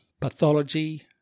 pathology